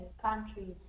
countries